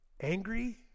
angry